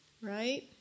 Right